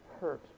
hurt